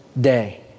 day